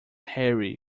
harry